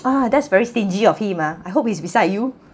ah that's very stingy of him ah I hope he's beside you